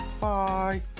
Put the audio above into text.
Bye